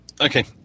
Okay